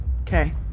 Okay